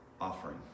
offering